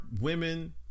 women